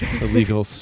illegal